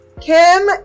Kim